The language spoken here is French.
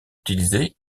utilisée